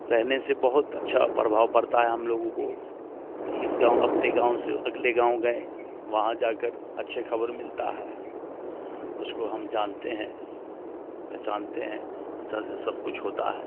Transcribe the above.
रहने से बहुत अच्छा प्रभाव पड़ता है हम लोगों को कि इस गाँव अपने गाँव से अगले गाँव गए वहाँ जाकर अच्छे खबर मिलता है उसको हम जानते हैं पहचानते हैं अच्छे से सब कुछ होता है